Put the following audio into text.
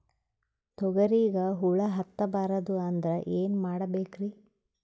ತೊಗರಿಗ ಹುಳ ಹತ್ತಬಾರದು ಅಂದ್ರ ಏನ್ ಮಾಡಬೇಕ್ರಿ?